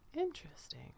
Interesting